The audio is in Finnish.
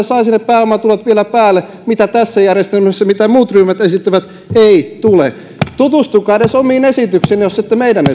saisi ne pääomatulot vielä päälle mitä tässä järjestelmässä jota muut ryhmät esittävät ei tule tutustukaa edes omaan esitykseenne jos ette meidän